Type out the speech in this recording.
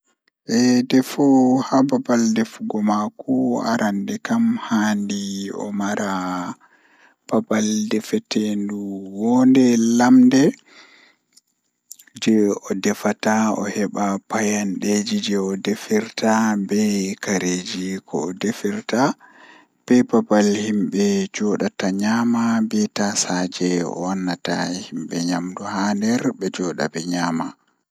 Hunde jei ko buri wonnugo duniyaaru jotta kokuma ko buri lalatugo duniyaaru kanjum woni habre hakkunde himbe malla hakkunde lesdi be lesdi maadum haala ceede malla haala siyasa malla haala dinna malla haala ndemngal.